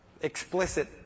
explicit